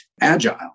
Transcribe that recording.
agile